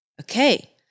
Okay